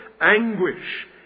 anguish